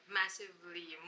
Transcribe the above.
massively